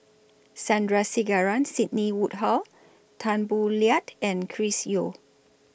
Sandrasegaran Sidney Woodhull Tan Boo Liat and Chris Yeo